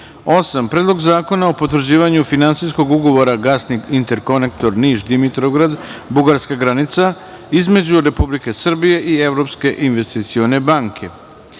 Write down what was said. razvoj, Predlog zakona o potvrđivanju Finansijskog ugovora Gasni interkonektor Niš - Dimitrovgrad - Bugarska (granica) između Republike Srbije i Evropske investicione